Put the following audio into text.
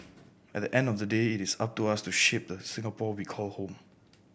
at the end of the day it is up to us to shape the Singapore we call home